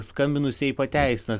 skambinusieji pateisina